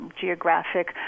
Geographic